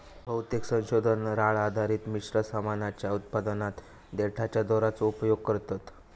बहुतेक संशोधक राळ आधारित मिश्र सामानाच्या उत्पादनात देठाच्या दोराचो उपयोग करतत